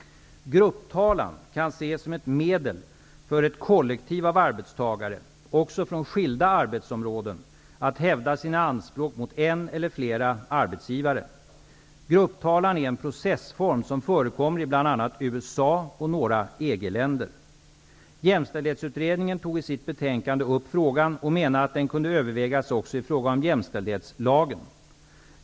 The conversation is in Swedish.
Grupptalan kan ses som ett medel för ett kollektiv av arbetstagare -- också från skilda arbetsområden -- att hävda sina anspråk mot en eller flera arbetsgivare. Grupptalan är en processform som förekommer i bl.a. USA och några EG-länder. Jämställdhetsutredningen tog i sitt betänkande upp frågan och menade att den kunde övervägas också i fråga om jämställdhetslagen.